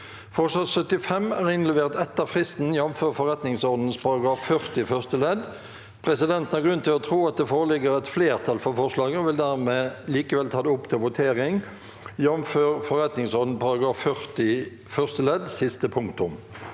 Forslag nr. 75 er innlevert etter fristen, jf. forretningsordenen § 40 første ledd. Presidenten har grunn til å tro at det foreligger et flertall for forslaget, og vil dermed likevel ta det opp til votering, jf. forretningsordenen § 40 første ledd siste punktum.